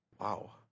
wow